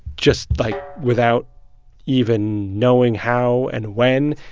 just, like, without even knowing how and when,